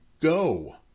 go